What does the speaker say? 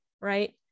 right